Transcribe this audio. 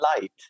light